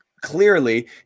clearly